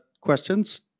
questions